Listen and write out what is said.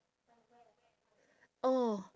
oh